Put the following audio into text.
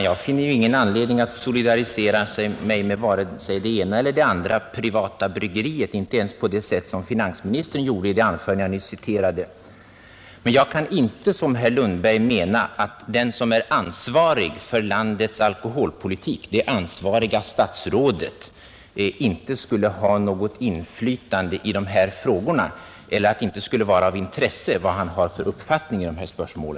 Jag finner ingen anledning att solidarisera mig med vare sig det ena eller det andra privata bryggeriet — inte ens på det sätt som finansministern gjorde det i det anförande jag nyss citerade. Men jag kan inte som herr Lundberg anse att den som är ansvarig för landets alkoholpolitik — det ansvariga statsrådet — inte skulle ha något inflytande i dessa frågor eller att hans uppfattning i dessa spörsmål inte skulle ha något intresse.